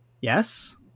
Yes